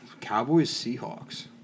Cowboys-Seahawks